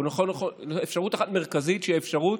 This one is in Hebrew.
או יותר נכון אפשרות אחת מרכזית, שהיא אפשרות